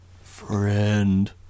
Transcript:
Friend